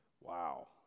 Wow